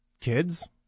kids